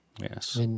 Yes